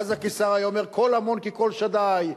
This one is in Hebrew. ואז הקיסר היה אומר: קול המון כקול שדי,